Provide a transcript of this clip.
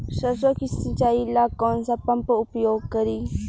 सरसो के सिंचाई ला कौन सा पंप उपयोग करी?